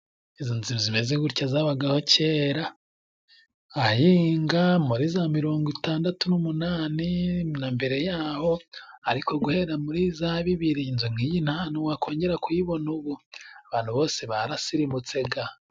Izo nzu zimeze gutya zabagaho kera, ahayinga muri za mirongo itandatu n'umunani na mbere yaho, ariko guhera muri za bibiri inzu nk'iyi nta hantu wakongera kuyibona ubu, abantu bose barasirimutsega.